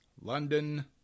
London